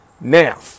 Now